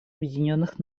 объединенных